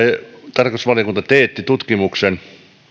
tarkastusvaliokunta teetti tutkimuksen